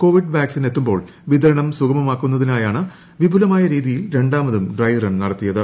Covid വാക്സിനെത്തുമ്പോൾ വിതരണം സുഗമമാക്കുന്നതിനായാണ് വിപുലമായ രീതിയിൽ രണ്ടാമതും ഡ്രൈ റൺ നടത്തിയത്